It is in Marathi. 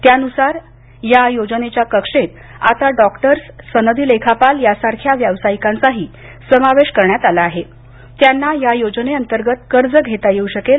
त्यानुसार या योजनेच्या कक्षेत आता डॉक्टर्स सनदी लेखापाल यासारख्या व्यावसायिकांचाही समावेश करण्यात आला असून त्यांना या योजनेअंतर्गत कर्ज घेता येऊ शकेल